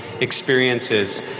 experiences